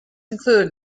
include